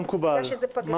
מה מקובל?